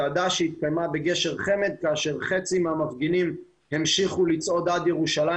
שהתקיימה בקשר חמד כאשר חצי מהמפגינים המשיכו לצעוד עד ירושלים